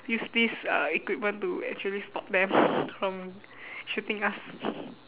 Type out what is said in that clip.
use this uh equipment to actually stop them from shooting us